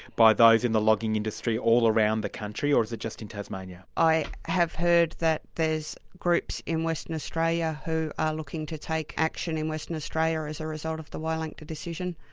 by those in the logging industry all around the country, or is it just in tasmania? i have heard that there's groups in western australia who are looking to take action in western australia as a result of the wielangta decision.